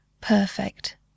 Perfect